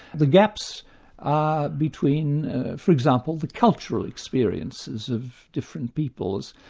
the gaps are between for example, the cultural experiences of different peoples.